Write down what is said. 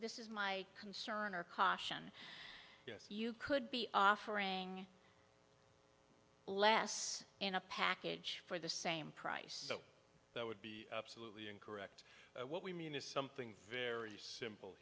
this is my concern or caution yes you could be offering less in a package for the same price so that would be absolutely incorrect what we mean is something very simple